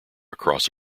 across